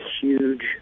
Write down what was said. huge